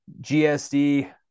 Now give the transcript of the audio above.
GSD